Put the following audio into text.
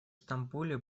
стамбуле